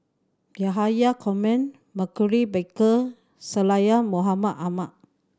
Yahya Cohen Maurice Baker Syed Mohamed Ahmed